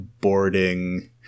boarding